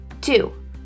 Two